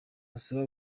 basaba